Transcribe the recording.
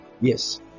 Yes